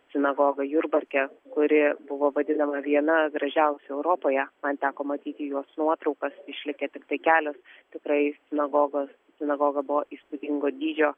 sinagogą jurbarke kuri buvo vadinama viena gražiausių europoje man teko matyti jos nuotraukas išlikę tiktai kelios tikrai sinagogos sinagoga buvo įspūdingo dydžio